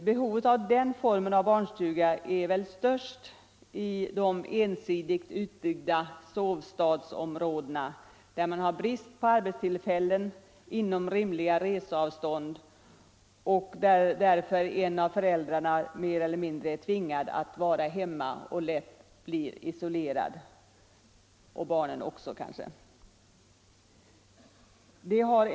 Behovet av den formen av barnstuga är väl störst i de ensidigt utbyggda sovstadsområdena, där det råder brist på arbetstillfällen inom rimligt reseavstånd och där en av föräldrarna är mer eller mindre tvingad att vara hemma och då lätt blir isolerad, vilket också drabbar barnen.